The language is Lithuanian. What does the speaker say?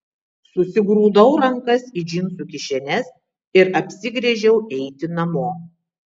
susigrūdau rankas į džinsų kišenes ir apsigręžiau eiti namo